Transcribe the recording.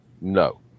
no